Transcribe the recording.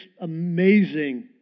amazing